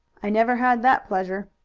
i never had that pleasure.